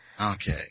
Okay